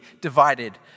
divided